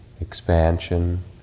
expansion